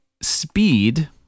speed